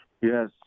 Yes